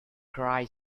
cry